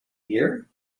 year